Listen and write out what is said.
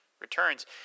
Returns